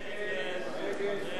הצעת סיעת בל"ד להביע